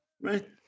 right